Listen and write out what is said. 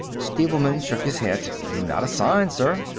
stevelman shook his head. not a sign, sir.